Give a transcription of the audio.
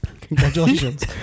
Congratulations